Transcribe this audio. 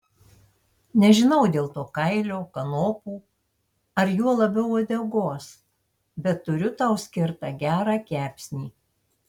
nežinau dėl to kailio kanopų ar juo labiau uodegos bet turiu tau skirtą gerą kepsnį